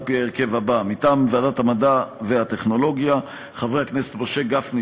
בהרכב הבא: מטעם ועדת המדע והטכנולוגיה חברי הכנסת משה גפני,